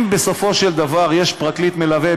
אם בסופו של דבר יש פרקליט מלווה,